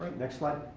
next slide.